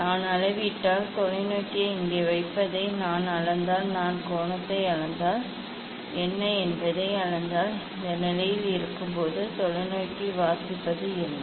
நான் அளவிட்டால் தொலைநோக்கியை இங்கே வைப்பதை நான் அளந்தால் நான் கோணத்தை அளந்தால் என்ன என்பதை அளந்தால் இந்த நிலையில் இருக்கும்போது தொலைநோக்கி வாசிப்பது என்ன